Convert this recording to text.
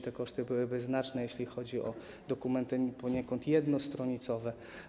Te koszty byłyby znaczne, jeśli chodzi o dokumenty poniekąd jednostronicowe.